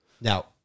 Now